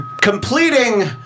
Completing